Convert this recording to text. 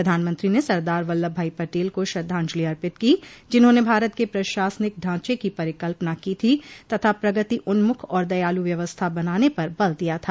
प्रधानमंत्री ने सरदार वल्लभ भाई पटेल को श्रद्धांजलि अर्पित की जिन्होंने भारत के प्रशासनिक ढांचे की परिकल्पना की थी तथा प्रगति उन्मुख और दयालु व्यवस्था बनाने पर बल दिया था